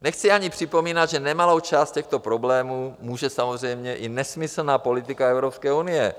Nechci ani připomínat, že za nemalou část těchto problémů může samozřejmě i nesmyslná politika Evropské unie.